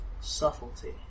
subtlety